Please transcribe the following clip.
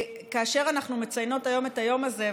כאשר אנחנו מציינות היום את היום הזה,